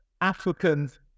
Africans